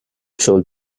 troll